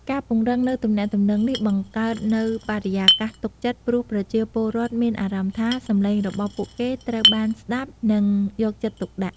ការពង្រឹងនូវទំនាក់ទំនងនេះ បង្កើតនូវបរិយាកាសទុកចិត្ត ព្រោះប្រជាពលរដ្ឋមានអារម្មណ៍ថា សំឡេងរបស់ពួកគេត្រូវបានស្តាប់ និងយកចិត្តទុកដាក់។